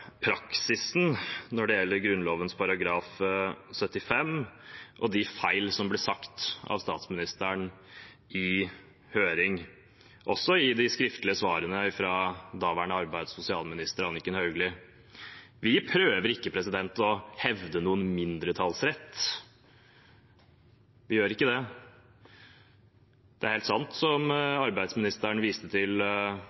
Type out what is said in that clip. praksisen når det gjelder Grunnloven § 75, og de feilene som ble sagt av statsministeren i høring, og også i de skriftlige svarene fra daværende arbeids- og sosialminister Anniken Hauglie. Vi prøver ikke å hevde noen mindretallsrett, vi gjør ikke det. Det er helt sant som